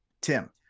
Tim